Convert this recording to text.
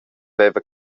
veva